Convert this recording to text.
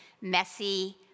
messy